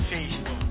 Facebook